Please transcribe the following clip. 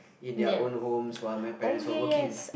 in their own homes while my parents were working